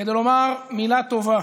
כדי לומר מילה טובה